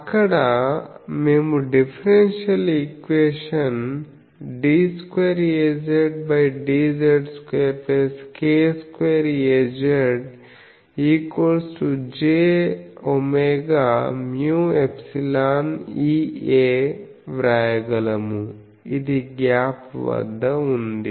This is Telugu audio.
అక్కడ మేము డిఫరెన్షియల్ ఈక్వేషన్ d2Azdz2k2Azjwμ∊EA వ్రాయగలము ఇది గ్యాప్ వద్ద ఉంది